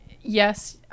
yes